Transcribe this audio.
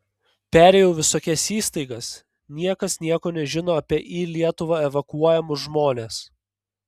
perėjau visokias įstaigas niekas nieko nežino apie į lietuvą evakuojamus žmones